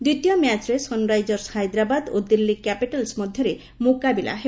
ଦ୍ୱିତୀୟ ମ୍ୟାଚରେ ସନ୍ରାଇଜସ୍ ହାଇଦ୍ରାବାଦ ଓ ଦିଲ୍ଲୀ କ୍ୟାପିଟାଲସ୍ ମଧ୍ୟରେ ମୁକାବିଲା ହେବ